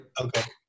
Okay